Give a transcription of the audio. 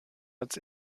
als